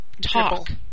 talk